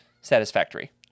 satisfactory